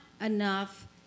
enough